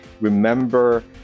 remember